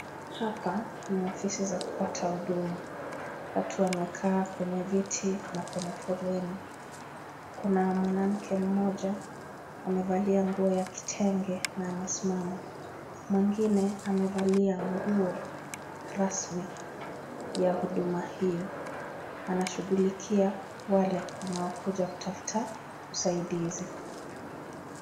Hapa ni ofisi za kupata huduma, watu wamekaa kwenye viti na kwenye foleni, kuna mwanamke mmoja amevalia nguo ya kitenge na amesimama mwingine amevalia nguo rasmi ya huduma hiyo anashugulikia wale wanaokuja kutafuta usaidizi.